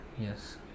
Yes